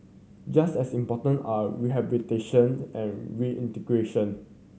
just as important are rehabilitation and reintegration